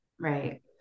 Right